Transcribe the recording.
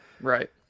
Right